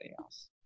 else